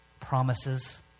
promises